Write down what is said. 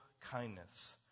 kindness